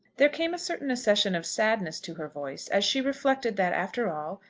there came a certain accession of sadness to her voice, as she reflected that, after all,